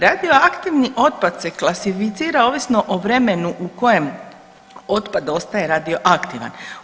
Radioaktivni otpad se klasificira ovisno o vremenu u kojem otpad ostaje radioaktivan.